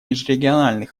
межрегиональный